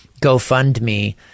GoFundMe